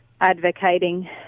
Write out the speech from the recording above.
advocating